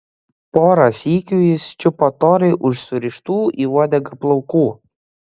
porą sykių jis čiupo torai už surištų į uodegą plaukų